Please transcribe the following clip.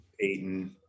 Payton